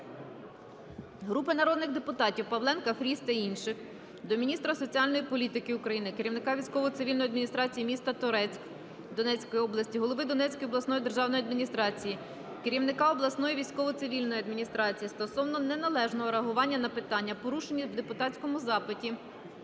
Групи народних депутатів (Павленка, Фріз та інших) до міністра соціальної політики України, керівника військово-цивільної адміністрації міста Торецьк Донецької області, голови Донецької обласної державної адміністрації, керівника обласної військово-цивільної адміністрації стосовно неналежного реагування на питання, порушені в депутатському запиті